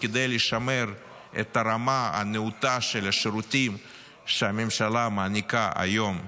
כדי לשמר את הרמה הנאותה של השירותים שהממשלה מעניקה היום לאזרחים,